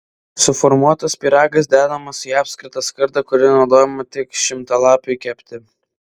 suformuotas pyragas dedamas į apskritą skardą kuri naudojama tik šimtalapiui kepti